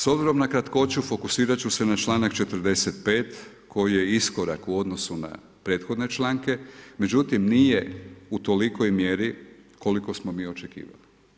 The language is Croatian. S obzirom na kratkoću, fokusirat ću se na članak 45. koji je iskorak u odnosu na prethodne članke međutim nije u toliko mjeri koliko smo mi očekivali.